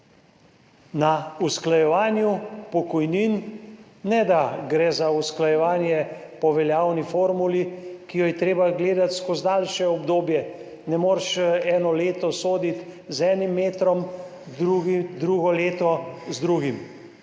na usklajevanju pokojnin – ne da gre za usklajevanje po veljavni formuli, ki jo je treba gledati skozi daljše obdobje, ne moreš eno leto soditi z enim metrom, drugo leto z drugim